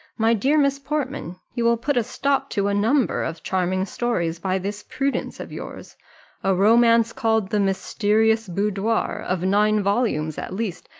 my dear miss portman, you will put a stop to a number of charming stories by this prudence of yours a romance called the mysterious boudoir, of nine volumes at least,